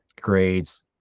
grades